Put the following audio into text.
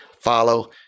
follow